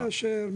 מי יאשר?